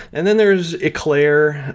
and then there's eclair,